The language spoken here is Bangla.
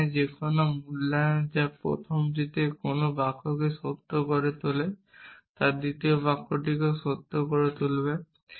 যার মানে যে কোনো মূল্যায়ন যা প্রথমটিতে কোনো বাক্যকে সত্য করে তোলে তা দ্বিতীয় বাক্যটিকেও তৈরি করবে